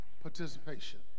participation